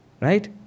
Right